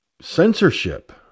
censorship